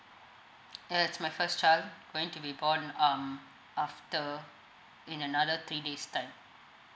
it's my first child going to be born um after in another three days' time